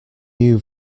new